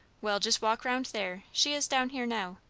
well, just walk round there. she is down here now.